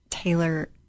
Taylor